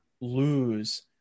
lose